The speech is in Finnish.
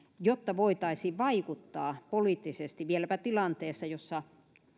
jotta voitaisiin vaikuttaa poliittisesti vieläpä tilanteessa jossa